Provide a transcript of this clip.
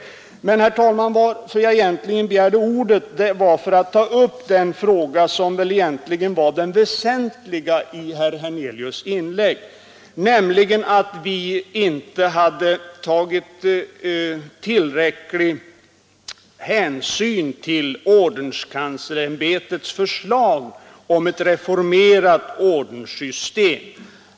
Men, herr talman, anledningen till att jag begärde ordet var att jag ville ta upp den fråga som egentligen var den väsentliga i herr Hernelius” inlägg, nämligen påståendet att vi inte hade tagit tillräcklig hänsyn till ordenskanslersämbetets förslag om ett reformerat ordenssystem.